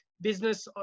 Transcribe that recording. Business